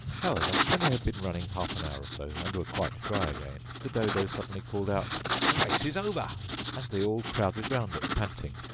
however, when they had been running half an hour or so, and were quite dry again, the dodo suddenly called out the race is over and they all crowded round it, panting,